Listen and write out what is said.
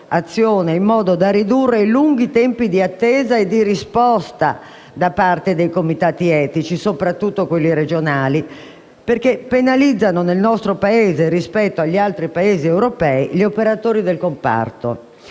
in modo da ridurre i lunghi tempi di attesa e di risposta da parte dei comitati etici, soprattutto quelli regionali, perché penalizzano nel nostro Paese, rispetto agli altri Paesi europei, gli operatori del comparto.